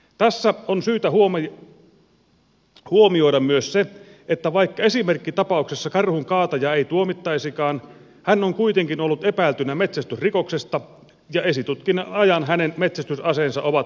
tässä on syytä huomioida myös se että vaikka esimerkkitapauksessa karhun kaatajaa ei tuomittaisikaan hän on kuitenkin ollut epäiltynä metsästysrikoksesta ja esitutkinnan ajan hänen metsästysaseensa ovat poliisin hallussa